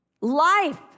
Life